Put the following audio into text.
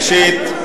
ראשית,